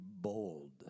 bold